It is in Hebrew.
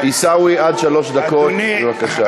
עיסאווי, עד שלוש דקות, בבקשה.